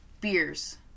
Beers